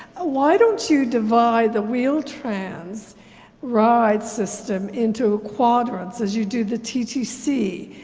why don't you divide the wheel-trans ride system into quadrants, as you do the ttc?